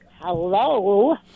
Hello